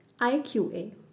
IQA